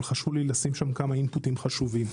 חשוב לי לשים שם כמה אינפוטים חשובים.